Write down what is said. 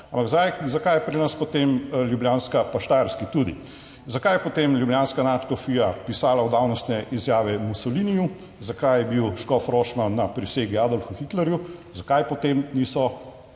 ampak zakaj, zakaj je pri nas potem ljubljanska, pa štajerski tudi, zakaj je potem ljubljanska nadškofija pisala v davnostne izjave Mussoliniju? Zakaj je bil škof Rožman na prisegi Adolfu Hitlerju? Zakaj potem niso